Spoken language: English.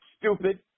Stupid